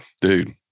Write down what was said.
dude